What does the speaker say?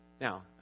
Now